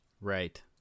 Right